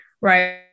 Right